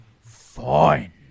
fine